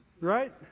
Right